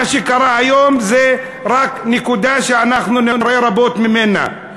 מה שקרה היום זה רק נקודה שאנחנו נראה רבות ממנה.